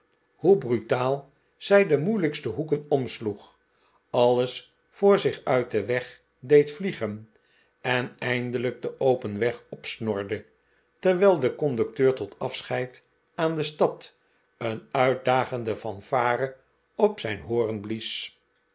hoe brutaal zij de moeilijkste hoeken omsloeg alles voor zich uit den weg deed vliegen en eindelijk den open weg opsnorde terwijl de conducteur tot afscheid aan de stad een uitdagende fanfare op zijn horen blies